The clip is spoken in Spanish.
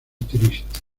triste